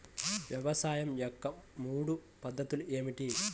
వ్యవసాయం యొక్క మూడు పద్ధతులు ఏమిటి?